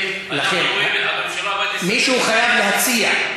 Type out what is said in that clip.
מישהו חייב להציע,